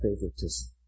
favoritism